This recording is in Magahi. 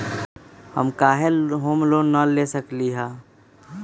हम काहे होम लोन न ले सकली ह?